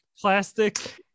plastic